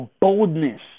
boldness